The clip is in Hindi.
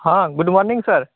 हाँ गुड मॉर्निंग सर